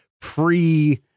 pre